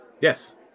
Yes